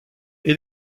est